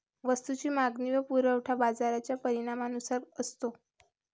वस्तूची मागणी व पुरवठा बाजाराच्या परिणामानुसार असतो